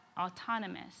autonomous